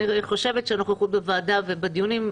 אני חושבת שאנחנו פה בוועדה ובדיונים,